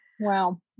wow